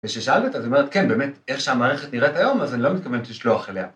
‫וכשאלתי אותה, אז היא אומרת, ‫כן, באמת, איך שהמערכת נראית היום, ‫אז אני לא מתכוון לשלוח אליה.